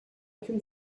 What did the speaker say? can